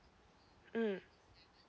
mm